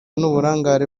n’uburangare